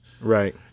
right